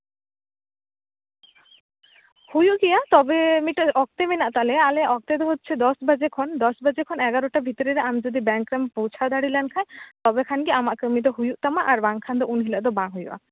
ᱦᱩᱭᱩᱜ ᱜᱮᱭᱟ ᱛᱚᱵᱮ ᱢᱤᱫᱴᱮᱡ ᱚᱠᱛᱮ ᱢᱮᱱᱟᱜ ᱛᱟᱞᱮᱭᱟ ᱟᱞᱮᱭᱟᱜ ᱚᱠᱛᱮ ᱫᱚ ᱦᱚᱪᱪᱷᱮ ᱫᱚᱥ ᱵᱟᱡᱮ ᱠᱷᱚᱱ ᱫᱚᱥ ᱵᱟᱡᱮ ᱠᱷᱚᱱ ᱮᱜᱟᱨᱚ ᱴᱟ ᱵᱷᱤᱛᱨᱤ ᱨᱮ ᱟᱢ ᱡᱩᱫᱤ ᱵᱮᱝᱠᱮᱢ ᱯᱳᱣᱪᱷᱟ ᱫᱟᱲᱮ ᱞᱮᱱ ᱠᱷᱟᱡ ᱛᱚᱵᱮ ᱠᱷᱟᱱ ᱜᱮ ᱟᱢᱟᱜ ᱠᱟᱹᱢᱤ ᱫᱚ ᱦᱩᱭᱩᱜ ᱛᱟᱢᱟ ᱟᱨ ᱵᱟᱝᱠᱷᱟᱱ ᱫᱚ ᱩᱱ ᱦᱤᱞᱳᱜ ᱫᱚ ᱵᱟᱝ ᱦᱩᱭᱩᱜᱼᱟ